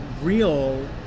real